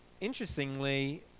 interestingly